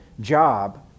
job